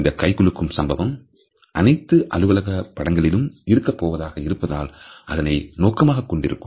இந்த கைகுலுக்கும் சம்பவம் அனைத்து அலுவலக படங்களிலும் இருக்கப்போவதாக இருப்பதால் அதனைப் நோக்கமாகக் கொண்டு இருக்கும்